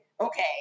Okay